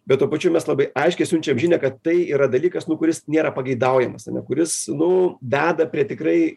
bet tuo pačiu mes labai aiškiai siunčiam žinią kad tai yra dalykas nu kuris nėra pageidaujamas ane kuris nu deda prie tikrai